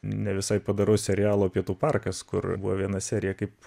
ne visai padoraus serialo pietų parkas kur buvo viena serija kaip